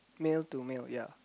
mail to meal ya